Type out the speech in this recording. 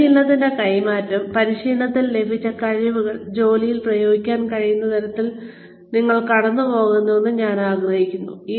പരിശീലനത്തിൽ പഠിച്ച കഴിവുകൾ ജോലിയിൽ പ്രയോഗിക്കാൻ കഴിയുന്ന തരത്തിലുള്ള പരിശീലനത്തിന്റെ കൈമാറ്റത്തിലൂടെ നിങ്ങൾ കടന്നുപോകണമെന്ന് ഞാൻ ആഗ്രഹിക്കുന്നു